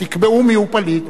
תקבעו מיהו פליט,